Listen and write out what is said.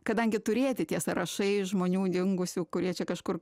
kadangi turėti tie sąrašai žmonių dingusių kurie čia kažkur